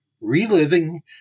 Reliving